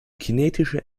kinetische